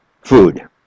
food